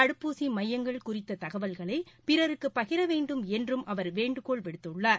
தடுப்பூசி மையங்கள் குறித்த தகவல்களை பிறருக்கு பகிர வேண்டும் என்றும் அவர் வேண்டுகோள் விடுத்துள்ளார்